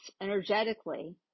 energetically